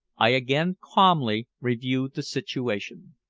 i again calmly reviewed the situation.